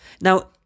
Now